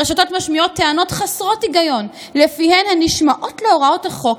הרשתות משמיעות טענות חסרות היגיון שלפיהן הן נשמעות להוראות החוק,